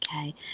Okay